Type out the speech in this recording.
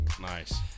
Nice